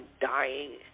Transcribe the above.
dying